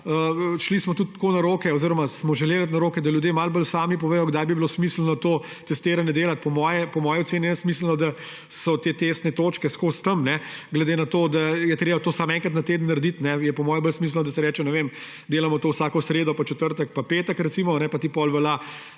šli smo tudi tako na roke oziroma smo želeli iti na roke, da ljudje malo bolj sami povedo, kdaj bi bilo smiselno to testiranje delati. Po moji oceni je nesmiselno, da so te testne točke ves čas tam. Glede na to, da je treba to samo enkrat na teden narediti, je po mojem bolj smiselno, da se reče, to delamo vsako sredo pa četrtek pa petek, recimo, pa ti potem velja